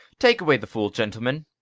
take away the fool, gentlemen.